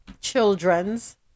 children's